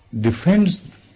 Defends